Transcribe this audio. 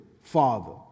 father